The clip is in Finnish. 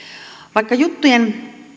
vaikka juttujen